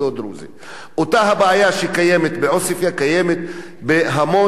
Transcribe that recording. אותה הבעיה שקיימת בעוספיא קיימת בהמון כפרים ערביים,